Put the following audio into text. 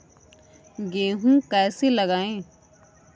गेहूँ कैसे लगाएँ?